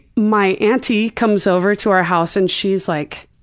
my auntie comes over to our house and she's like,